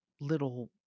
little